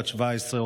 בת 17,